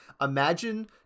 imagine